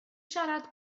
siarad